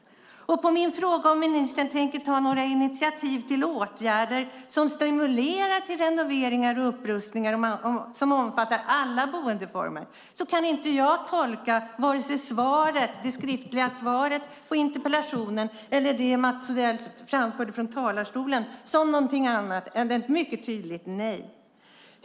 Beträffande min fråga om ministern tänker ta några initiativ till åtgärder som stimulerar till renovering och upprustning omfattande alla boendeformer kan jag inte tolka vare sig det skriftliga svaret på interpellationen eller det Mats Odell framförde från talarstolen som annat än ett mycket tydligt nej.